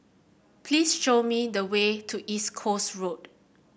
please show me the way to East Coast Road